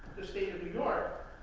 the state of new york